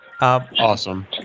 Awesome